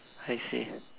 I see